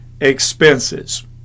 expenses